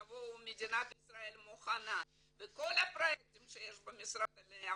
"תבואו" מדינת ישראל מוכנה וכל הפרויקטים שיש במשרד העלייה